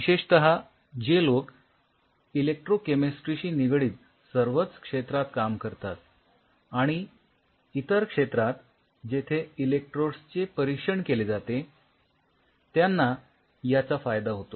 विशेषतः जे लोक इलेक्ट्रोकेमिस्ट्रीशी निगडित सर्वच क्षेत्रांत काम करतात आणि इतर क्षेत्रांत जेथे इलेक्ट्रोड्सचे परीक्षण केले जाते त्यांना याचा फायदा होतो